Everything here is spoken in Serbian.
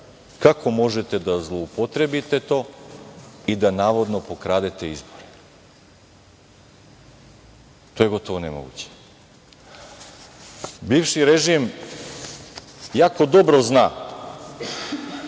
kako možete da zloupotrebite to i da navodno pokradete izbore? To je gotovo nemoguće. Bivši režim jako dobro zna